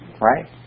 Right